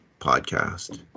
podcast